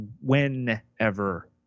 Whenever